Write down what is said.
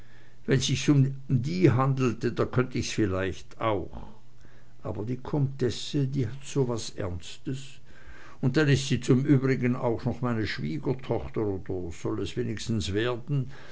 wenn sich's um die handelte da könnt ich's vielleicht auch aber die comtesse die hat so was ernstes und dann ist sie zum übrigen auch noch meine schwiegertochter oder soll es wenigstens werden